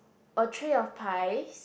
a tray of pies